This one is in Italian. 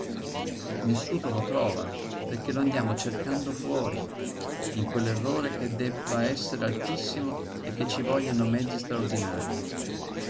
nessuno lo trova perché lo andiamo cercando fuori in quell'errore che debba essere altissimo e che ci vogliano mezzi straordinarii